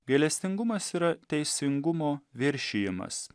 gailestingumas yra teisingumo viršijimas